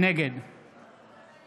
נגד